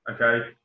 okay